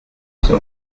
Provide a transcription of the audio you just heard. son